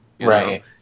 Right